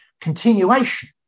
continuation